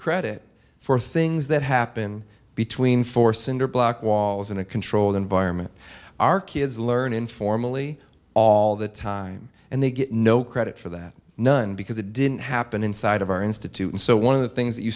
credit for things that happen between four cinder block walls in a controlled environment our kids learn informally all the time and they get no credit for that none because it didn't happen inside of our institute and so one of the things that you